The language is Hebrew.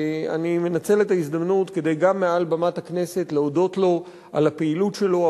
שאני מנצל את ההזדמנות גם מעל במת הכנסת כדי להודות לו על הפעילות שלו,